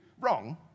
wrong